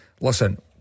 Listen